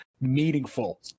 meaningful